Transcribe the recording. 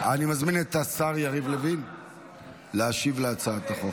אני מזמין את השר יריב לוין להשיב על הצעת החוק.